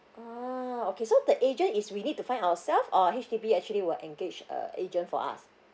ah okay so the agent is we need to find ourself or H_D_B actually will engage uh agent for us